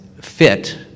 fit